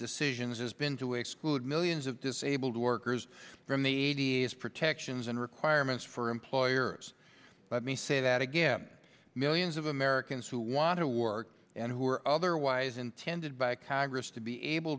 decisions has been to exclude millions of disabled workers from the a d s protections and requirements for employers let me say that again millions of americans who want to work and who are otherwise intended by congress to be able